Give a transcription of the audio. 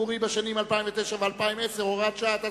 הציבורי בשנים 2009 ו-2010 (הוראת שעה),